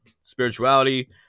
Spirituality